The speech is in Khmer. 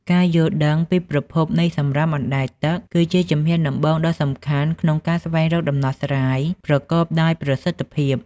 ការយល់ដឹងពីប្រភពនៃសំរាមអណ្តែតទឹក គឺជាជំហានដំបូងដ៏សំខាន់ក្នុងការស្វែងរកដំណោះស្រាយប្រកបដោយប្រសិទ្ធភាព។